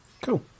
Cool